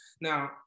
Now